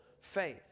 faith